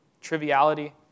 triviality